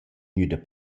gnüda